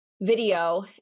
video